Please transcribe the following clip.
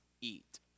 eat